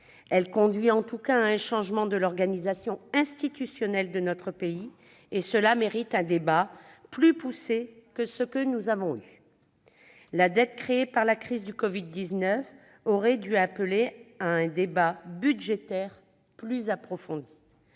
Elle conduit en tout cas à un changement de l'organisation institutionnelle de notre pays, et cela mérite un débat plus poussé que celui que nous avons eu. La dette créée par la crise du covid-19 aurait dû appeler un débat budgétaire plus approfondi.